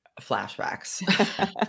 flashbacks